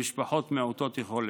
למשפחות מעוטות יכולת.